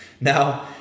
Now